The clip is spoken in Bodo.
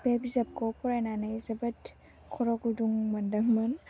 बे बिजाबखौ फरायनानै जोबोद खर' गुदुं मोनदोंमोन